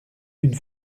une